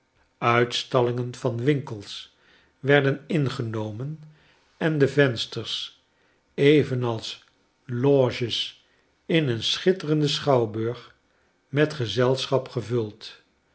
uitstallingen van winkels werden ingenomen en de vensters evenals loges in een schitterenden schouwburg met gezelschap gevuld